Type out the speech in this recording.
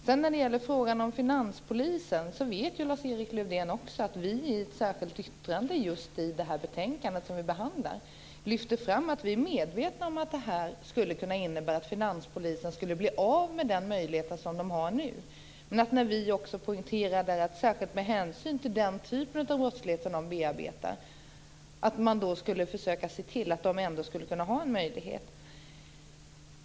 När det sedan gäller frågan om finanspolisen vet Lars-Erik Lövdén att vi i ett särskilt yttrande i anslutning till det betänkande som vi nu behandlar lyfter fram att vi är medvetna om att detta skulle kunna innebära att finanspolisen blir av med den möjlighet man nu har. Vi poängterar dock att man med hänsyn till den typ av brottslighet som finanspolisen bearbetar ändå skulle försöka se till att den kan ha denna möjlighet.